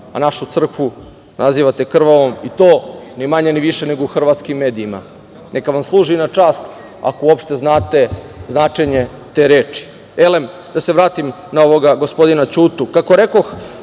a našu crkvu nazivate krvavom i to ni manje ni više nego u hrvatskim medijima. Neka vam služi na čast ako uopšte znate znanje te reči. Da se vratim na gospodina Ćutu. Kako rekoh